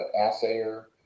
assayer